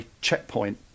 checkpoint